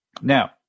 Now